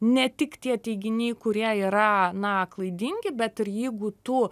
ne tik tie teiginiai kurie yra na klaidingi bet ir jeigu tu